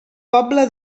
poble